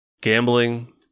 gambling